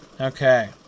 Okay